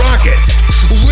Rocket